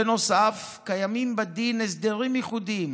בנוסף, קיימים בדין הסדרים ייחודיים